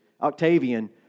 Octavian